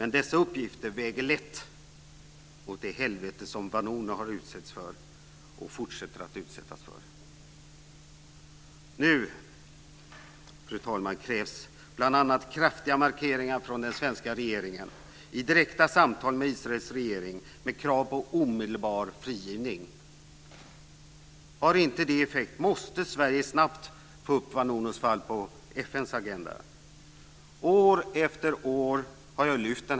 Men dessa uppgifter väger lätt mot det helvete som Vanunu har utsatts för och fortsätter att utsättas för. Nu, fru talman, krävs bl.a. kraftiga markeringar från den svenska regeringen i direkta samtal med Israels regering med krav på omedelbar frigivning. Har inte det effekt så måste Sverige snabbt få upp Vanunus fall på FN:s agenda.